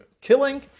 killing